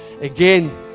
again